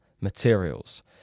materials